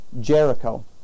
Jericho